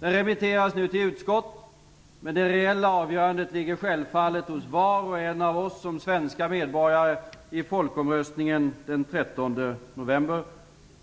Den remitteras nu till utskott, men det reella avgörandet ligger självfallet hos var och en av oss som svenska medborgare i folkomröstningen den 13 november.